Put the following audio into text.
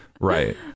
right